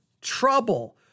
trouble